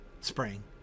spring